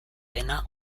dena